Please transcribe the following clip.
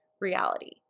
reality